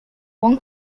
one